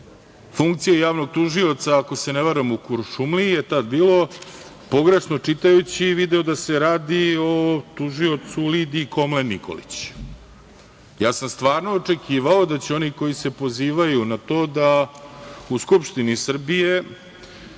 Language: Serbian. funkcije javnog tužioca, ako se ne varam, u Kuršumliji je tada bilo, pogrešno čitajući, video da se radi o tužioci Lidiji Komlen Nikolić. Ja sam stvarno očekivao da će oni koji se pozivaju na to da u Skupštini Srbije,